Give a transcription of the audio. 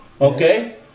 okay